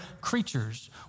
creatures